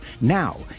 Now